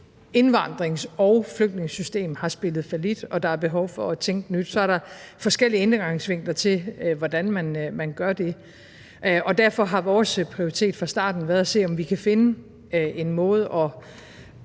indvandrings- og flygtningesystem har spillet fallit, og at der er behov for at tænke nyt. Så er der forskellige indgangsvinkler til, hvordan man gør det, og derfor har vores prioritet fra starten været at se, om vi kan finde en måde og